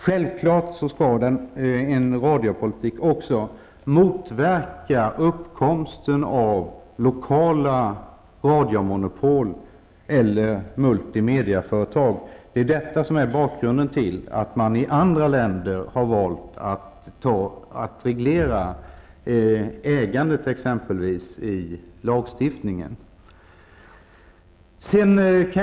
Självfallet skall en radiopolitik också motverka uppkomsten av lokala radiomonopol eller multimedieföretag. Det är detta som är bakgrunden till att man i andra länder har valt att i lagstiftningen reglera exempelvis ägandet.